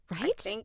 Right